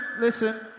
listen